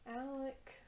Alec